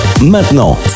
maintenant